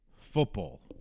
football